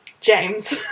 James